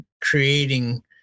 creating